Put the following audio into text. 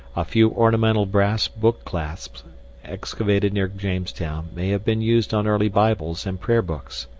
a few ornamental brass book clasps excavated near jamestown may have been used on early bibles and prayer books.